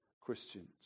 Christians